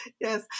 Yes